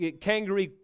kangaroo